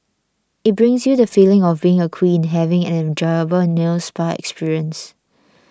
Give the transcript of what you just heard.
it brings you the feeling of being a queen having an enjoyable nail spa experience